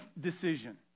decision